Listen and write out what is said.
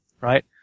right